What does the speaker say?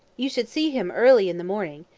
you should see him early in the morning,